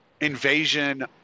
invasion